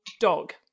dog